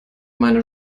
meine